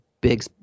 Big